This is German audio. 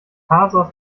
thasos